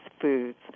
foods